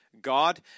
God